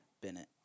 Bennett